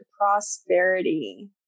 prosperity